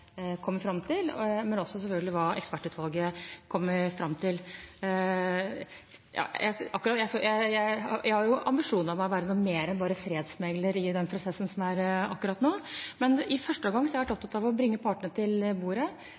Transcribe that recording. selvfølgelig hva ekspertutvalget kommer fram til. Jeg har ambisjoner om å være noe mer enn bare fredsmekler i prosessen som er akkurat nå, men i første omgang har jeg vært opptatt av å bringe partene til bordet